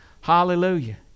hallelujah